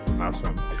Awesome